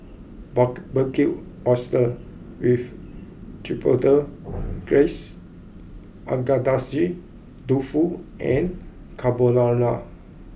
Barbecued Oysters with Chipotle Glaze Agedashi Dofu and Carbonara